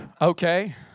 Okay